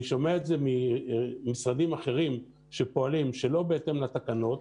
ואני שומע את זה ממשרדים אחרים שפועלים שלא בהתאם לתקנות,